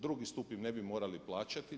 Drugi stup im ne bi morali plaćati.